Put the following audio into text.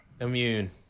immune